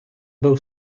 był